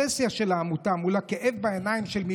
מבחינתי משרד החינוך ערוך להחזיר את כל תלמידי ישראל